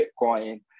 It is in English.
Bitcoin